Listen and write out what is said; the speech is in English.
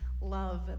love